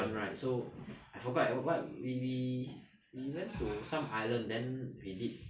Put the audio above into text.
fun right so I forgot eh we we we went to some island then we did